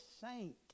saint